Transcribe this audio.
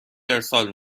ارسال